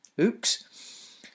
oops